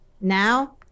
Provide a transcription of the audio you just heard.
Now